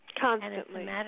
constantly